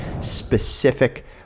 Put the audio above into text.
specific